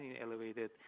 elevated